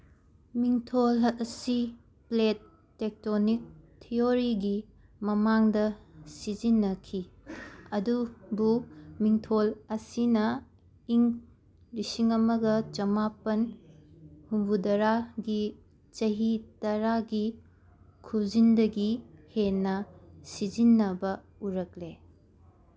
ꯃꯤꯡꯊꯣꯜ ꯑꯁꯤ plate tectonic ꯊꯤꯑꯣꯔꯤꯒꯤ ꯃꯃꯥꯡꯗ ꯁꯤꯖꯤꯟꯅꯈꯤ ꯑꯗꯨꯕꯨ ꯃꯤꯡꯊꯣꯜ ꯑꯁꯤꯅ ꯏꯪ ꯂꯤꯁꯤꯡ ꯑꯃꯒ ꯆꯃꯥꯄꯟ ꯍꯨꯝꯕꯨꯗꯔꯥꯒꯤ ꯆꯍꯤ ꯇꯔꯥꯒꯤ ꯈꯨꯖꯤꯟꯗꯒꯤ ꯍꯦꯟꯅ ꯁꯤꯖꯤꯟꯅꯕ ꯎꯔꯛꯂꯦ